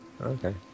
okay